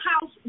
house